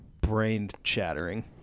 brain-chattering